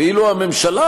ואילו הממשלה,